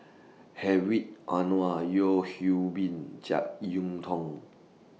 Hedwig Anuar Yeo Hwee Bin Jek Yeun Thong